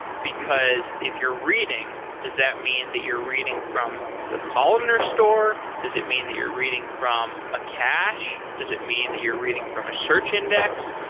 because if you're reading, does that mean that you're reading from the columnar store? does it mean that you're reading from a cache? does it mean that you're reading from a search index,